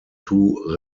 two